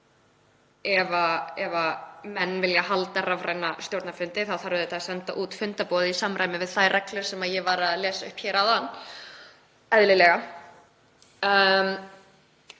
Ef menn vilja halda rafræna stjórnarfundi þarf auðvitað að senda út fundarboð í samræmi við þær reglur sem ég var að lesa upp hér áðan, eðlilega.